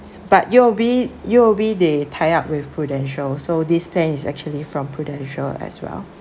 but U_O_B U_O_B they tie up with Prudential so this plan is actually from Prudential as well